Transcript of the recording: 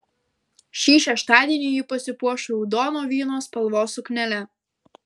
šį šeštadienį ji pasipuoš raudono vyno spalvos suknele